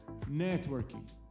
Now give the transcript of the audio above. networking